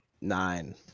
nine